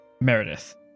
Meredith